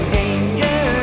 danger